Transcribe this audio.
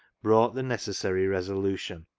brought the necessary resolution,